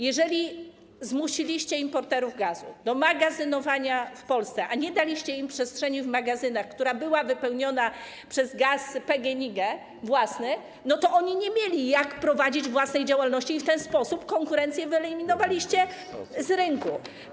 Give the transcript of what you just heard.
Jeżeli zmusiliście importerów gazu do magazynowania w Polsce, a nie daliście im przestrzeni w magazynach, która była wypełniona przez gaz PGNiG własny, to oni nie mieli jak prowadzić własnej działalności i w ten sposób konkurencję wyeliminowaliście z rynku.